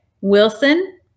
Wilson